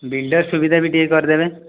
builder ସୁବିଧା ବି ଟିକେ କରିଦେବେ